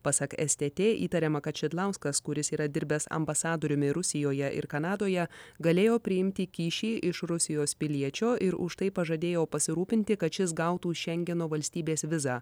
pasak stt įtariama kad šidlauskas kuris yra dirbęs ambasadoriumi rusijoje ir kanadoje galėjo priimti kyšį iš rusijos piliečio ir už tai pažadėjo pasirūpinti kad šis gautų šengeno valstybės vizą